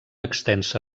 extensa